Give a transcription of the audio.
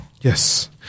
yes